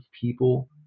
people